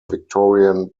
victorian